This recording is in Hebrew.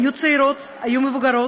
היו צעירות, היו מבוגרות,